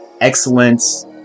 excellence